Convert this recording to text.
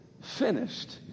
finished